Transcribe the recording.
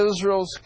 Israel's